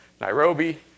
Nairobi